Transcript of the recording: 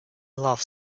love